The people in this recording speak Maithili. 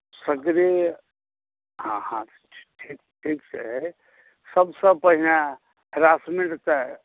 सगरे हँ हँ ठीक छै सभसँ पहिने राशनेके तऽ